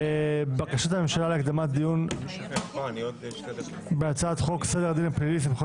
בקשת הממשלה להקדמת דיון בהצעת חוק סדר הדין הפלילי (סמכויות